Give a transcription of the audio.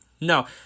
no